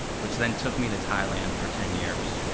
which then took me to thailand for ten years?